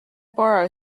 borrow